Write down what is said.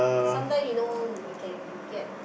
sometimes you know we can get